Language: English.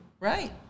Right